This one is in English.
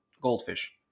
goldfish